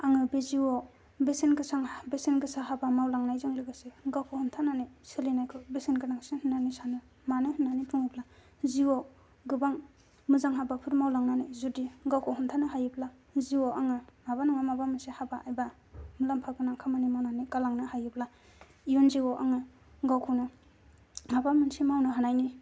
आङो बे जिउआव बेसेन गोसा हाबा मावलांनायजों लोगोसे गावखौ हमथानानै सोलिनायखौ बेसेन गोनांसिन होननानै सानो मानो होननानै बुङोब्ला जिउआव गोबां मोजां हाबाफोर मावलांनानै जुदि गावखौ हमथानो हायोब्ला जिउआव आङो माबा नङा माबा मोनसे हाबा एबा मुलाम्फा गोनां खामानि मावनानै गालांनो हायोब्ला इयुन जिउआव आङो गावखौनो माबा मोनसे मावनो हानायनि